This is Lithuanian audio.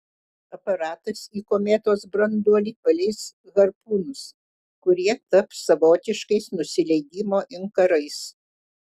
aparatas į kometos branduolį paleis harpūnus kurie taps savotiškais nusileidimo inkarais